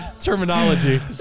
terminology